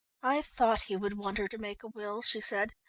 i thought he would want her to make a will, she said,